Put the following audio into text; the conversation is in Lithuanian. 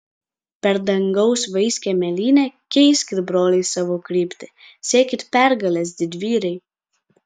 per dangaus vaiskią mėlynę keiskit broliai savo kryptį siekit pergalės didvyriai